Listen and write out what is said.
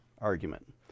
argument